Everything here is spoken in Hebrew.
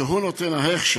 שהוא נותן הכשר,